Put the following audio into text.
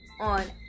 on